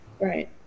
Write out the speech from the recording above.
right